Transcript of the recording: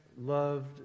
Loved